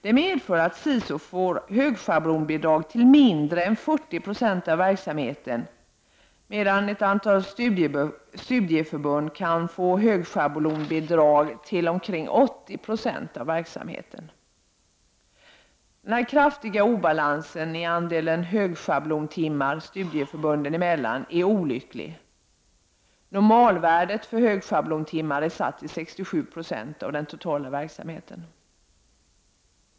Det medför att SISU får högschablonbidrag till mindre än 40 96 av verksamheten, medan ett annat studieförbund kan få högschablonbidrag till omkring 80 96 av verksamheten. Denna kraftiga obalans i andelen högschablontimmar studieförbunden emellan är olycklig. ”Normalvärdet” för högschablontimmar är satt till 67 90 av den totala verksamheten.